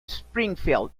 springfield